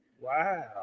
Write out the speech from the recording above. Wow